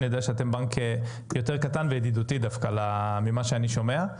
אני יודע שאתם בנק יותר קטן וידידותי בדרך כלל ממה שאני שומע.